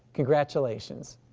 congratulations.